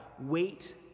Wait